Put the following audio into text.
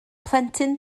plentyn